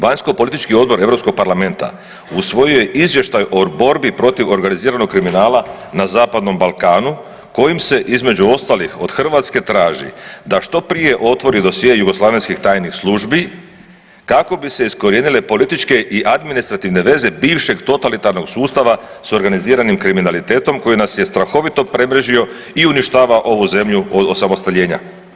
Vanjsko politički Odbor Europskog parlamenta usvojio je Izvještaj o borbi protiv organiziranog kriminala na zapadnom Balkanu kojim se između ostalih od Hrvatske traži da što prije otvori dosje Jugoslavenskih tajnih službi kako bi se iskorijenile političke i administrativne veze bivšeg totalitarnog sustava s organiziranim kriminalitetom koji nas je strahovito prebrežio i uništavao ovu zemlju od osamostaljenja.